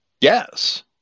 Yes